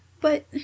But